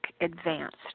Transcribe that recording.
advanced